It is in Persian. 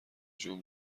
جون